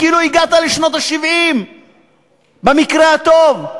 כאילו הגעת לשנות ה-70 במקרה הטוב.